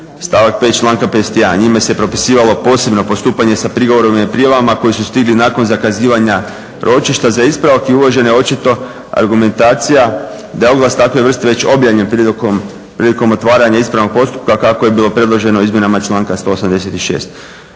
stavak 5. članka 51. Njime se propisivalo posebno postupanje sa prigovorima i prijavama koji su stigli nakon zakazivanja ročišta za ispravak i uvažena je očito argumentacija da je oglas takve vrste već objavljen prilikom otvaranja ispravnog postupka kako je bilo predloženo izmjenama članka 186.